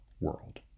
world